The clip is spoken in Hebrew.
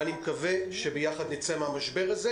אני מקווה שיחד נצא מהמשבר הזה.